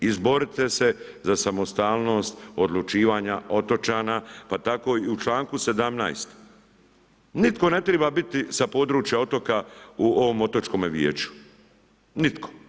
Izborite se za samostalnost odlučivanja otočana, pa tako i u čl. 17. nitko ne treba biti sa područja otoka u ovom otočkome vijeću, nitko.